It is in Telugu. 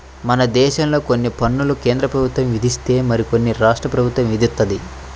మనదేశంలో కొన్ని పన్నులు కేంద్రప్రభుత్వం విధిస్తే మరికొన్ని రాష్ట్ర ప్రభుత్వం విధిత్తది